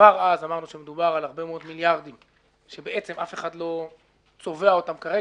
כבר אז אמרנו שמדובר על הרבה מאות מיליארדים שאף אחד לא צובע אותם כרגע.